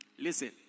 Listen